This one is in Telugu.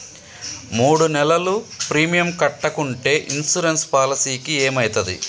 మూడు నెలలు ప్రీమియం కట్టకుంటే ఇన్సూరెన్స్ పాలసీకి ఏమైతది?